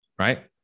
Right